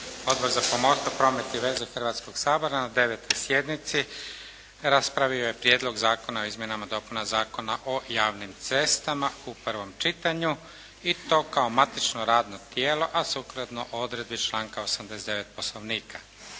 Odbor za pomorstvo, promet i veze Hrvatskoga sabora na 9. sjednici raspravio je Prijedlog zakona o izmjenama i dopunama zakona o javnim cestama u prvom čitanju i to kao matično radno tijelo, a sukladno odredbi članka 89. Poslovnika.